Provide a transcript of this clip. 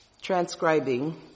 transcribing